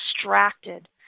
distracted